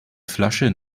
flasche